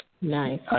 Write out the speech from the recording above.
Nice